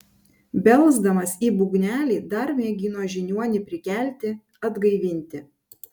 belsdamas į būgnelį dar mėgino žiniuonį prikelti atgaivinti